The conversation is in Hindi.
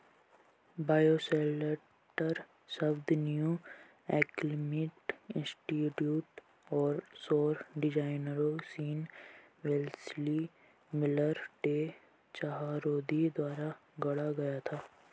बायोशेल्टर शब्द न्यू अल्केमी इंस्टीट्यूट और सौर डिजाइनरों Sean Wellesley Miller, Day Chahroudi द्वारा गढ़ा गया था